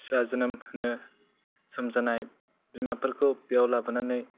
फिसा जोनोम होनो सम जानाय बिमाफोरखौ बेयाव लाबोनानै